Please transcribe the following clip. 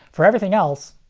for everything else,